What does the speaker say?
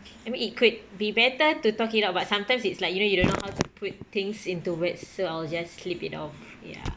I mean it could be better to talk it out but sometimes it's like you know you don't know how to put things into words so I'll just slip off ya